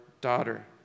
daughter